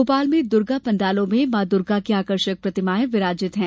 भोपाल में दुर्गा पाण्डालों में मां दूर्गा की आकर्षक प्रतिमाएं विराजीत हैं